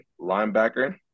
linebacker